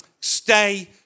stay